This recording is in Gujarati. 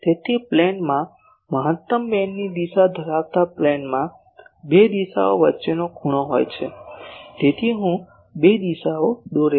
તેથી પ્લેનમાં મહત્તમ બીમની દિશા ધરાવતા પ્લેનમાં બે દિશાઓ વચ્ચેનો ખૂણો હોય છે તેથી હું બે દિશાઓ દોરે છે